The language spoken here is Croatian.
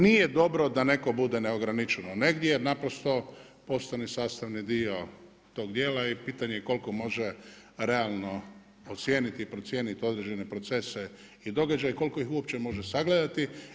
Nije dobro da netko bude neograničeno negdje, jer naprosto postane sastavni dio tog dijela i pitanje je koliko može realno ocijeni i procijeniti određene procese i događaje i koliko ih uopće može sagledati.